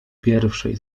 pierwszej